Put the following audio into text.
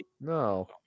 No